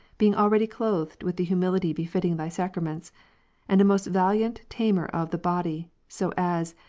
being already clothed with the humility befitting thy sacraments and a most valiant tamer of the body, so as,